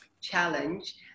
Challenge